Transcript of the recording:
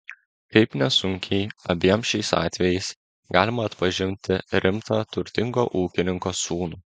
kaip nesunkiai abiem šiais atvejais galima atpažinti rimtą turtingo ūkininko sūnų